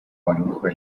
qualunque